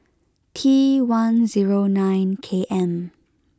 T one zero nine K M